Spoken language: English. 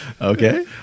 Okay